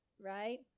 right